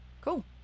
Cool